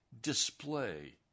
display